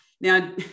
now